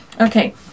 okay